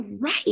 right